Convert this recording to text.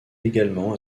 également